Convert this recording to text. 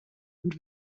und